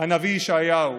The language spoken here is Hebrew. הנביא ישעיהו.